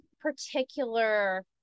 particular